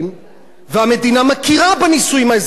והמדינה מכירה בנישואים האזרחיים שלהם.